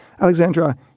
Alexandra